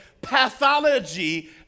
pathology